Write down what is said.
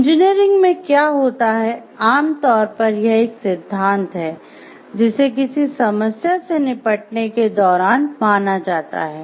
engineering में क्या होता है आम तौर पर यह एक सिद्धांत है जिसे किसी समस्या से निपटने के दौरान माना जाता है